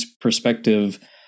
perspective